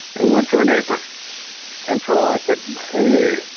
and went to a neighbor and so i said, hey,